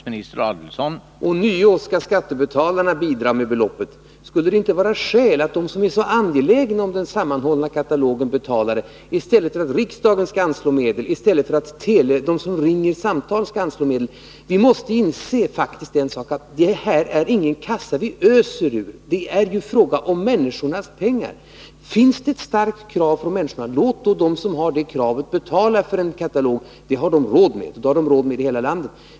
Herr talman! Ånyo skall skattebetalarna bidra med beloppet. Skulle det inte vara skäl att de som är så angelägna om den sammanhållna katalogen betalade merkostnaden, i stället för att riksdagen och de som ringer skall anslå medlen. Vi måste inse att det inte finns någon kassa som vi kan ösa pengar ur. Det är fråga om människornas pengar. Finns det ett starkt krav hos människorna, så låt då dem som har detta krav betala för en katalog! Det har de råd med, och det har man råd med i hela landet.